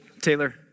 Taylor